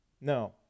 No